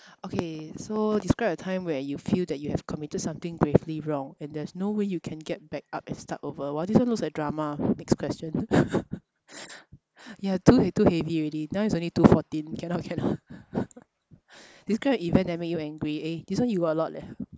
okay so describe a time where you feel that you have committed something gravely wrong and there's no way you can get back up and start over !wah! this one looks like drama next question ya too too heavy already now is only two fourteen cannot cannot describe an event that make you angry eh this one you got a lot leh